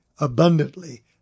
abundantly